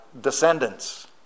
descendants